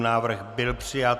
Návrh byl přijat.